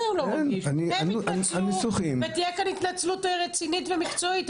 הם יתנצלו ותהיה כאן התנצלות רצינית ומקצועית,